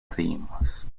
themes